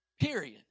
Period